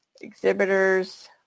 Exhibitors